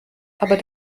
aber